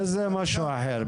זה משהו אחר.